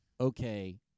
Okay